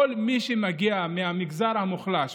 כל מי שמגיע מהמגזר המוחלש,